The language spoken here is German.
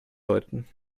läuten